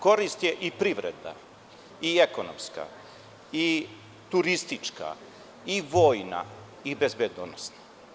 Korist je i privredna i ekonomska i turistička i vojna i bezbednosna.